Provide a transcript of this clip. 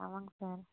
ஆமாங்க சார்